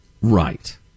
Right